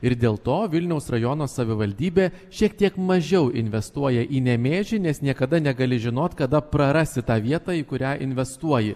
ir dėl to vilniaus rajono savivaldybė šiek tiek mažiau investuoja į nemėžį nes niekada negali žinot kada prarasi tą vietą į kurią investuoji